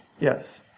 Yes